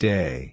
Day